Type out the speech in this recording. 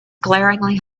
glaringly